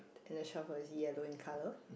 then the shovel is yellow in colour